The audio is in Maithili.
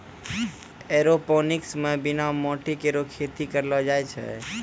एयरोपोनिक्स म बिना माटी केरो खेती करलो जाय छै